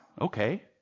okay